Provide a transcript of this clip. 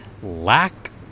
Lack